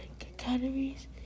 academies